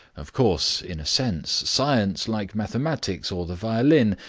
of course, in a sense, science, like mathematics or the violin,